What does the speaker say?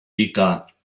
pica